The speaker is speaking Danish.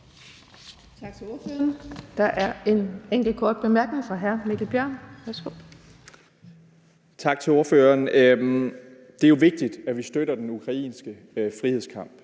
Tak til ordføreren. Det er jo vigtigt, at vi støtter den ukrainske frihedskamp.